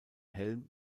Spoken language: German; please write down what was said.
helm